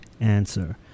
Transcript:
answer